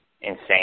insane